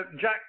Jack